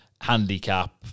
Handicap